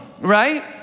right